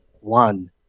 one